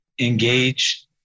engage